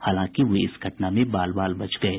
हालांकि वे इस घटना में बाल बाल बच गये